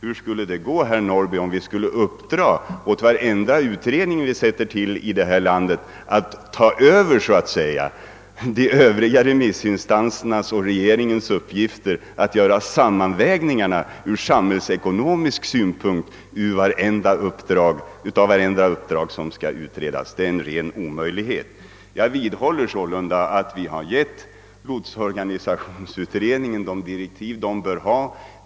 Hur skulle det gå om vi lät varje utredning som vi sätter till här i landet »ta över» remissinstansernas och regeringens och riksdagens uppgifter att göra avvägningarna ur samhällsekonomisk synpunkt? Det skulle vara fullkomligt orimligt. Jag vidhåller sålunda att vi har givit lotsorganisationsutredningen de direktiv som den bör ha.